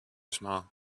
small